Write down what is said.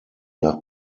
nach